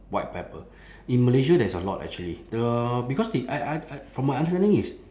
white pepper in malaysia there's a lot actually the because they I I I from my understanding is